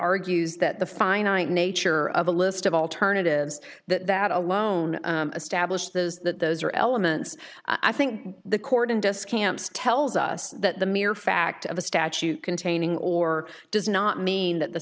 argues that the finite nature of a list of alternatives that that alone established those that those are elements i think the court and us camps tells us that the mere fact of a statute containing or does not mean that the